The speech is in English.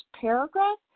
paragraph